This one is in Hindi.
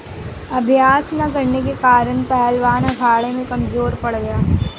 अभ्यास न करने के कारण पहलवान अखाड़े में कमजोर पड़ गया